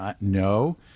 No